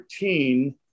13